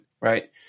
Right